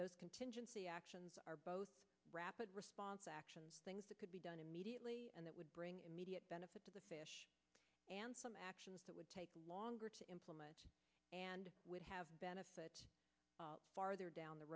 those contingency actions are both rapid response actions things that could be done immediately and that would bring immediate benefits and some actions that would take longer to implement and would have benefits farther down the